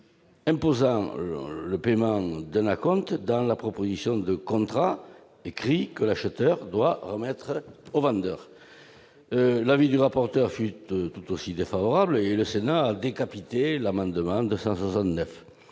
imposant le paiement d'un acompte dans la proposition de contrat écrit que l'acheteur doit remettre au vendeur. L'avis du rapporteur fut tout aussi défavorable et le Sénat a décapité l'amendement n° 269